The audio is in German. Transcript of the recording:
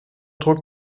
druck